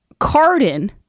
Cardin